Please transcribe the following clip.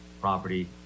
property